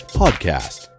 podcast